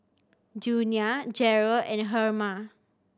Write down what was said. Junia Jarrell and Herma